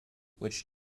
which